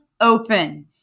open